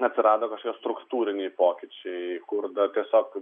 atsirado kažkokie struktūriniai pokyčiai kur be tiesiog